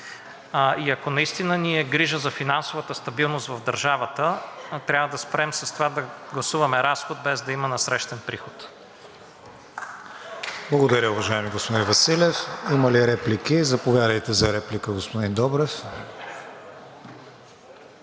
Ако наистина ни е грижа за финансовата стабилност в държавата, трябва да спрем с това да гласуваме разход, без да има насрещен приход.